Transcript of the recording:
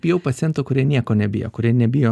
bijau pacientų kurie nieko nebijo kurie nebijo